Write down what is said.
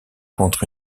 contre